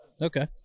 okay